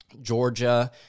Georgia